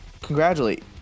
congratulate